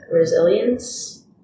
resilience